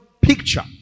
picture